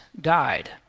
died